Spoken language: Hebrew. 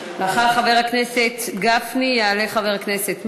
לאחר חבר הכנסת גפני יעלו חבר הכנסת מקלב,